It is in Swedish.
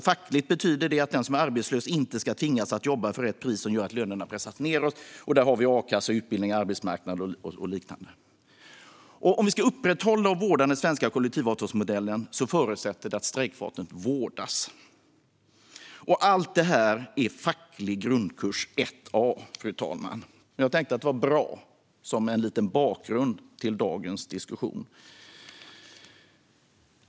Fackligt betyder det att den som är arbetslös inte ska tvingas att jobba för ett pris som gör att lönerna pressas nedåt. Där har vi a-kassa, utbildningar, arbetsmarknadsåtgärder och liknande. Om vi ska upprätthålla och vårda den svenska kollektivavtalsmodellen förutsätter det att strejkvapnet vårdas. Allt detta är facklig grundkurs 1 A, fru talman. Jag tänkte att det var bra som en liten bakgrund till dagens diskussion.